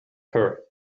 her